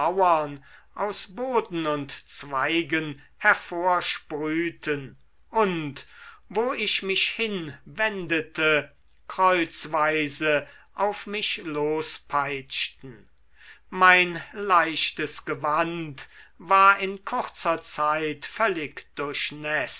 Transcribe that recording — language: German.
aus boden und zweigen hervorsprühten und wo ich mich hinwendete kreuzweise auf mich lospeitschten mein leichtes gewand war in kurzer zeit